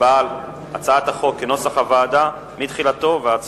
הצעת החוק כנוסח הוועדה מתחילתו ועד סופו.